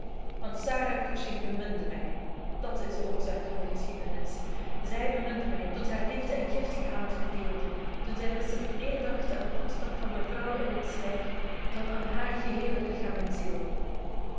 want sarah cushing beminde mij dat is de oorzaak van de geschiedenis zij beminde mij tot haar liefde in giftigen haat verkeerde toen zij wist dat ik meer dacht aan den voetstap van mijn vrouw in het slijk dan aan haar geheele lichaam en ziel